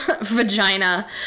vagina